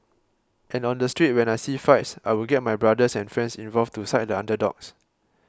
can on the street when I see fights I would get my brothers and friends involved to side the underdogs